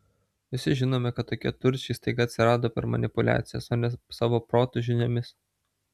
visi žinome kad tokie turčiai staiga atsirado per manipuliacijas o ne savo protu žiniomis